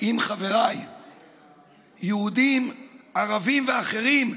עם חבריי, יהודים, ערבים ואחרים,